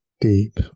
deep